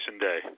day